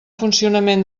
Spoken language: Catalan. funcionament